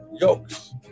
yokes